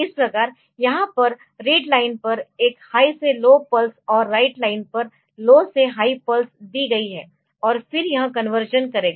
इस प्रकार यहाँ पर रीड लाइन पर एक हाई से लो पल्स और राइटलाइन पर लो से हाई पल्स दी गई है और फिर यह कन्वर्शन करेगा